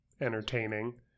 entertaining